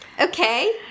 Okay